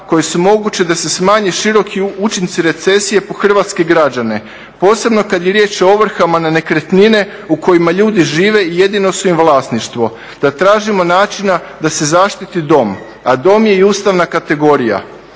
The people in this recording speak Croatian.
koje su moguće da se smanje široki učinci recesije po hrvatske građane posebno kada je riječ o ovrhama na nekretnine u kojima ljudi žive i jedino su im vlasništvo da tražimo načina da se zaštiti dom. A dom je i ustavna kategorija.